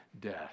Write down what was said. death